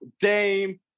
Dame